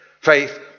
Faith